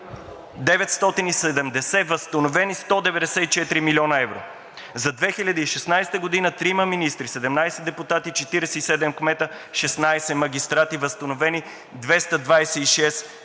970, възстановени са 194 млн. евро. За 2016 г. – трима министри, 17 депутати, 47 кмета, 16 магистрати, възстановени са 226 млн.